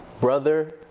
Brother